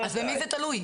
אז במי זה תלוי?